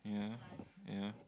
yeah yeah